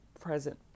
present